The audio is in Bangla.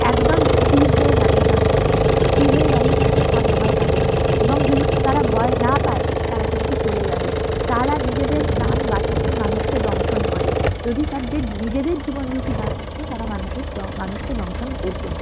একদম স্থির হয়ে দাঁড়িয়ে থাকতে হয় স্থির হয়ে দাঁড়িয়ে থাকলে সাপ ভয় পাবে না এবং যদি তারা ভয় না পায় তারা কিন্তু চলে যাবে তারা নিজেদের প্রাণ বাঁচাতেই মানুষকে দংশন করে যদি তাদের নিজেদের জীবন ঝুঁকি না থাকতো তারা মানুষের মানুষকে দংশন করতো না